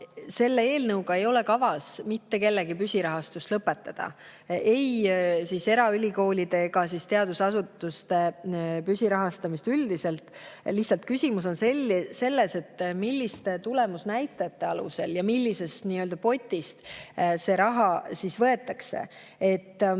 Selle eelnõu kohaselt ei ole kavas mitte kellegi püsirahastust lõpetada, ei eraülikoolide ega teadusasutuste püsirahastamist üldiselt. Lihtsalt küsimus on selles, milliste tulemusnäitajate alusel ja millisest nii-öelda potist raha võetakse. Kui